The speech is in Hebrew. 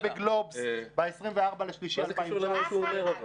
זה פורסם בגלובס ב-24 במרס 2019. אבל מה זה קשור למה שהוא אומר?